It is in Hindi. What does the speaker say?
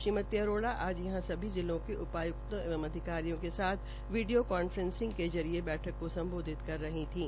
श्रीमती अरोड़ा आज यहां सभी जिलों के उपाय्क्तों एवं अधिकारियों के साथ वीडियो कांफ्रेंसिंग के माध्यम से बैठक को सम्बाधित कर रही थीं